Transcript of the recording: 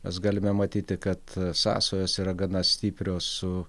mes galime matyti kad sąsajos yra gana stiprios su